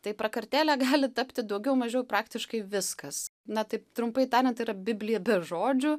tai prakartėle gali tapti daugiau mažiau praktiškai viskas na taip trumpai tariant tai yra biblija be žodžių